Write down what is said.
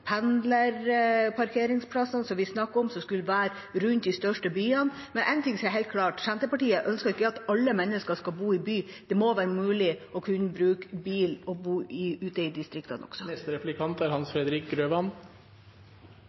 som vi har snakket om, rundt de største byene. Men det er én ting som er helt klart: Senterpartiet ønsker ikke at alle mennesker skal bo i by – det må være mulig å bruke bil og bo ute i distriktene også. Senterpartiet skriver i budsjettinnstillingen at partiet er